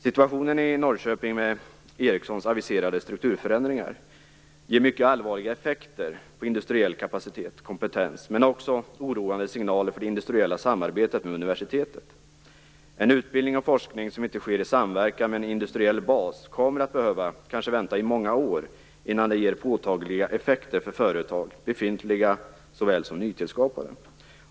Situationen i Norrköping, med Ericssons aviserade strukturförändringar, ger mycket allvarliga effekter på industriell kapacitet och kompetens men också oroande signaler för det industriella samarbetet med universitetet. En utbildning och forskning som inte sker i samverkan med en industriell bas kommer att behöva vänta kanske i många år innan det ger påtagliga effekter för företag, befintliga såväl som nytillskapade.